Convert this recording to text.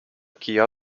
kija